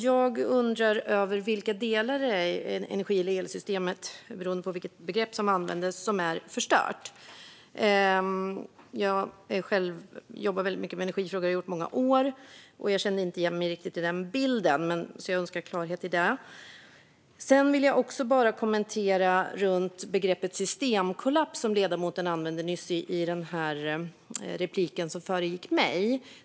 Jag undrar vilka delar av energisystemet eller elsystemet, beroende på vilket begrepp som användes, som är förstörda. Jag jobbar väldigt mycket med energifrågor och har gjort det i många år. Jag känner inte riktigt igen mig i detta, så jag önskar klarhet i det. Jag vill också kommentera begreppet systemkollaps, som ledamoten använde i det förra replikskiftet.